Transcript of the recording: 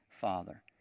father